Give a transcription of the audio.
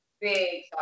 big